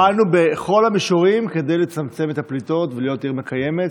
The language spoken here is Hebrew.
פעלנו בכל המישורים כדי לצמצם את הפליטות ולהיות עיר מקיימת.